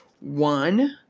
one